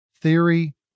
theory